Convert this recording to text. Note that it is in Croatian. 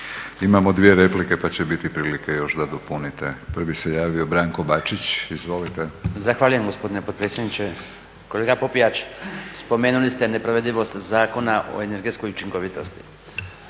Imamo dvije replike pa će biti prilike još da dopunite. Prvi se javio Branko Bačić. Izvolite. **Bačić, Branko (HDZ)** Zahvaljujem gospodine potpredsjedniče. Kolega Popijač spomenuli ste neprovedivost Zakona o energetskoj učinkovitosti.